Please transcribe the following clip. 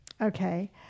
okay